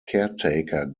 caretaker